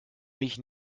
mich